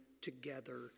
together